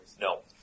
No